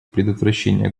предотвращения